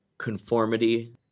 Conformity